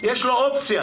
יש לו אופציה.